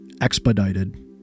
expedited